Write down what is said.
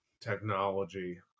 technology